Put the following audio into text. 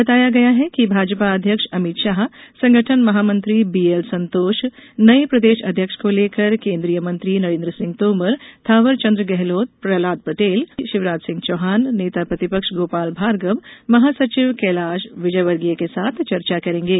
बताया गया है कि भाजपा अध्यक्ष अमित शाह संगठन महामंत्री बीएलसंतोष नये प्रदेश अध्यक्ष को लेकर केन्द्रीय मंत्री नरेन्द्र सिंह तोमर थावर चन्द्र गेहलोत प्रहलाद पटेल पूर्व मुख्यमंत्री शिवराज सिंह चौहाननेता प्रतिपक्ष गोपाल भार्गव महासचिव कैलाश विजयवर्गीय के साथ चर्चा करेगें